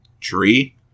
Tree